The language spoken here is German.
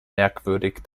merkwürdig